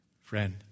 Friend